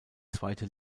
zweite